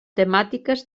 temàtiques